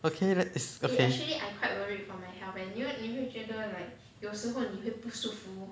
okay that's okay